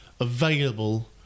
available